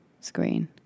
screen